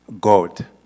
God